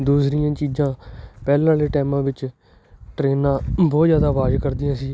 ਦੂਸਰੀਆਂ ਚੀਜ਼ਾਂ ਪਹਿਲਾਂ ਵਾਲੇ ਟਾਈਮਾਂ ਵਿੱਚ ਟਰੇਨਾਂ ਬਹੁਤ ਜ਼ਿਆਦਾ ਆਵਾਜ਼ ਕਰਦੀਆਂ ਸੀ